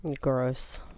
Gross